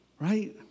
Right